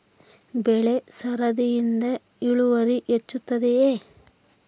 ಬೆಳೆ ಸರದಿಯಿಂದ ಇಳುವರಿ ಹೆಚ್ಚುತ್ತದೆಯೇ?